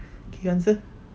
okay you answer